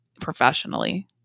professionally